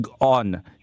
on